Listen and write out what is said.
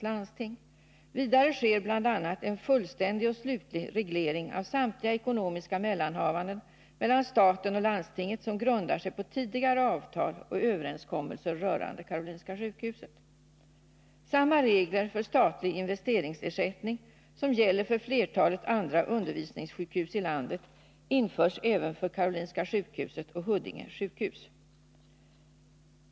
Vidare sker bl.a. en fullständig och slutlig reglering av samtliga ekonomiska mellanhavanden mellan staten och SLL som grundar sig på tidigare avtal och överenskommelser rörande KS. Samma regler för statlig investeringsersättning som gäller för flertalet andra undervisningssjukhus i landet införs även för KS och Huddinge sjukhus.